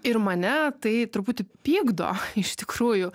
ir mane tai truputį pykdo iš tikrųjų